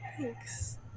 thanks